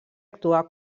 actuar